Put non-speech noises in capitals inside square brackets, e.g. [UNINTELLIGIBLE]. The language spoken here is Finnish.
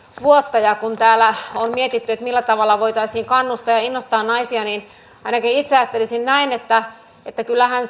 vuotta ja kun täällä on mietitty millä tavalla voitaisiin kannustaa ja ja innostaa naisia niin ainakin itse ajattelisin että että kyllähän [UNINTELLIGIBLE]